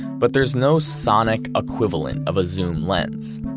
but there's no sonic equivalent of a zoom lens.